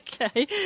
Okay